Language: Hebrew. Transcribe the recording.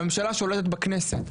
הממשלה שולטת בכנסת.